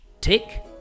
Tick